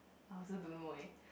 I also don't know leh